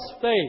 faith